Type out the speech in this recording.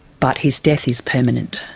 but his death is permanent.